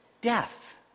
death